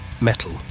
Metal